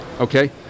okay